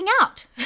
out